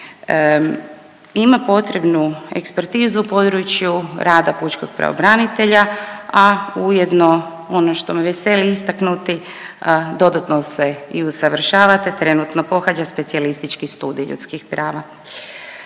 Ima potrebnu ekspertizu u području rada pučkog pravobranitelja, a ujedno ono što me veseli istaknuti, dodatno se i usavršava te trenutno pohađa specijalistički studij ljudskih prava.